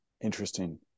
Interesting